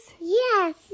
Yes